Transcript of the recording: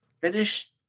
finish